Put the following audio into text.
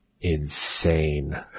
insane